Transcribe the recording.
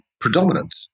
predominant